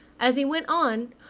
as he went on,